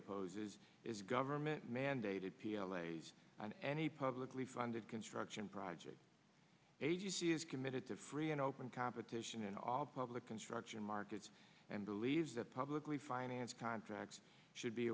opposes is government mandated p l a's and any publicly funded construction projects agency is committed to free and open competition in all public construction markets and believes that publicly finance contracts should be